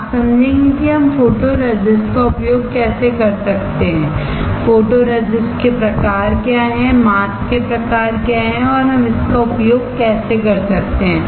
आप समझेंगे कि हम फोटोरेसिस्ट का उपयोग कैसे कर सकते हैं फोटोरेसिस्ट के प्रकार क्या हैं मास्क के प्रकार क्या हैं और हम इसका उपयोग कैसे कर सकते हैं